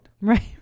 Right